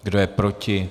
Kdo je proti?